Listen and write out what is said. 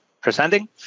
presenting